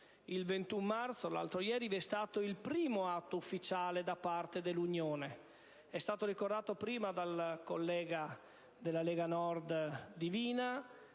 Il 21 marzo, l'altroieri, vi è stato il primo atto ufficiale da parte dell'Unione. È come è stato ricordato prima dal collega della Lega Nord Divina: